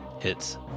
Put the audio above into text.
Hits